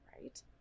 right